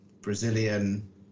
Brazilian